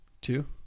two